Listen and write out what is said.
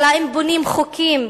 אבל האם בונים חוקים,